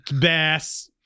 bass